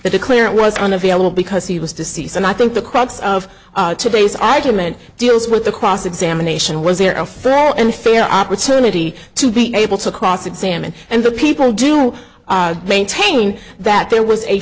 declarant was unavailable because he was deceased and i think the crux of today's argument deals with the cross examination was there a fair opportunity to be able to cross examine and the people do maintain that there was a